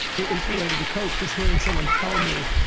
at least related to coke. just hearing someone tell me,